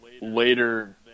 later